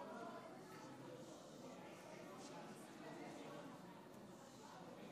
לוועדת הכנסת כדי שיוחלט לאן